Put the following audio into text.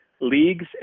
leagues